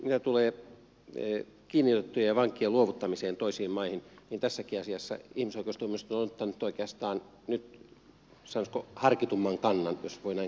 mitä tulee kiinni otettujen vankien luovuttamiseen toisiin maihin niin tässäkin asiassa ihmisoikeustuomioistuin on ottanut oikeastaan nyt sanoisinko harkitumman kannan jos voi näin kauniisti ilmaista